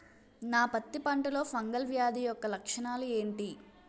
నా పత్తి పంటలో ఫంగల్ వ్యాధి యెక్క లక్షణాలు ఏంటి?